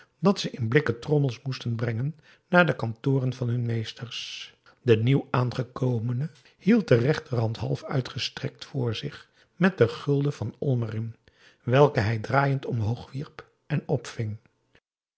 dat ze in blikken trommels moesten brengen naar de kantoren van hun meesters de nieuw aangekomene hield de rechterhand half uitgestrekt voor zich met den gulden van van olm erin welke hij draaiend omhoog wierp en opving